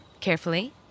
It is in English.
Carefully